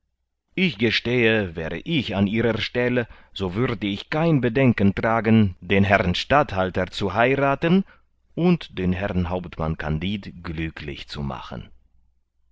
ich gestehe wäre ich an ihrer stelle so würde ich kein bedenken tragen den herrn statthalter zu heirathen und den herrn hauptmann kandid glücklich zu machen